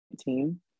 team